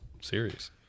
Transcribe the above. series